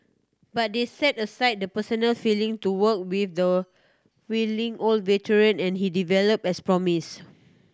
but they set aside the personal feeling to work with the wily old veteran and he develop as promised